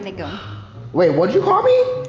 like ah wait, what'd you call me?